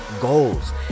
goals